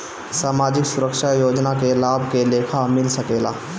सामाजिक सुरक्षा योजना के लाभ के लेखा मिल सके ला?